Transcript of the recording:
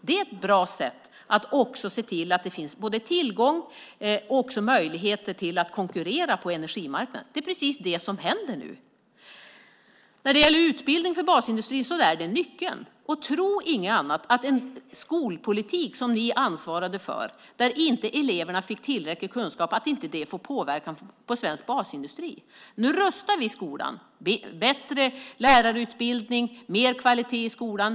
Det är ett bra sätt att se till det finns tillgång och också möjligheter att konkurrera på energimarknaden. Det är precis det som händer nu. Utbildning för basindustrin är nyckeln, och tro inte annat än att den skolpolitik som ni ansvarade för, där eleverna inte fick tillräcklig kunskap, inte fick påverkan på svensk basindustri. Nu rustar vi skolan. Det är bättre lärarutbildning och mer kvalitet i skolan.